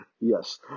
Yes